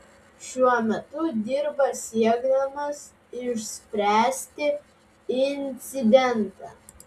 šiuo metu dirba siekdamas išspręsti incidentą